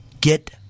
get